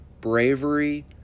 bravery